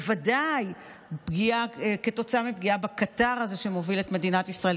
בוודאי כתוצאה מפגיעה בקטר הזה שמוביל את מדינת ישראל,